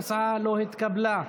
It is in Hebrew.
ההצעה לא התקבלה.